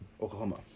Oklahoma